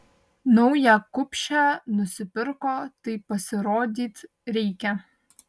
naują kupšę nusipirko tai pasirodyt reikia